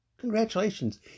Congratulations